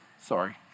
Sorry